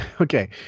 okay